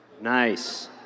Nice